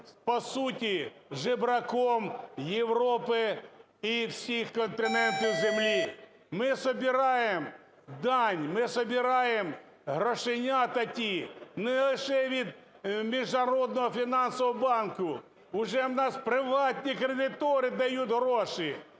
по суті, жебраком Європи і всіх континентів Землі. Ми собираем дань, ми собираем грошенята ті не лише від Міжнародного фінансового банку, уже в нас приватні кредитори дають гроші,